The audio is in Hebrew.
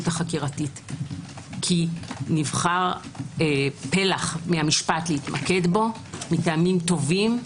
החקירתית כי נבחר פלח מהמשפט להתמקד בו מטעמים טובים,